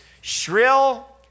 shrill